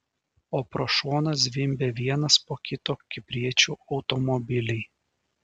o pro šoną zvimbia vienas po kito kipriečių automobiliai